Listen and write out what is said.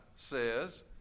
Says